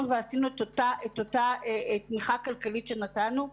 ועשינו את אותה תמיכה כלכלית שנתנו.